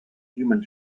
human